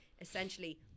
essentially